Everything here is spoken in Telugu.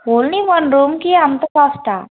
ఓన్లీ వన్ రూమ్కి అంత కాస్టా